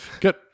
Good